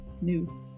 new